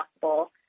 possible